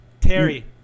Terry